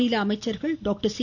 மாநில அமைச்சர்கள் doctor C